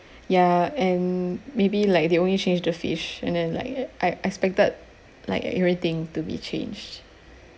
ya and maybe like they only change the fish and then like I expected like everything to be changed